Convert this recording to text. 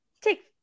take